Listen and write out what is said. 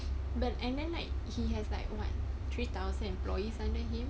but and then like he has like what three thousand employees under him